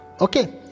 Okay